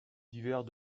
divers